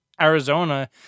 Arizona